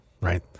right